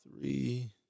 Three